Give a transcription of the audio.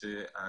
לא